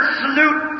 salute